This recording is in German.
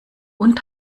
und